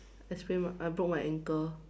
I sprained my I broke my ankle